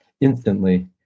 instantly